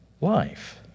life